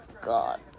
God